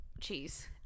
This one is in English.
cheese